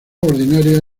ordinaria